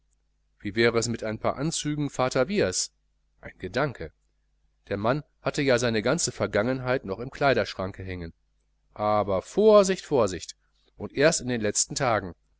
wie wär es mit ein paar anzügen vater wiehrs ein gedanke der mann hatte ja seine ganze vergangenheit noch im kleiderschranke hängen aber vorsicht vorsicht und erst in den letzten tagen